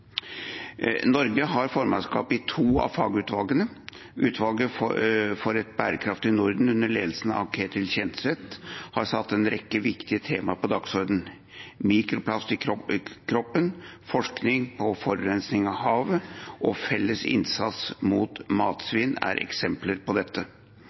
Norge har formannskapet i to av fagutvalgene. Utvalget for et bærekraftig Norden, under ledelse av Ketil Kjenseth, har satt en rekke viktige temaer på dagsordenen. Mikroplast i kroppen, forskning på forurensning av havet og felles innsats mot matsvinn er eksempler på dette.